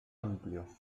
amplio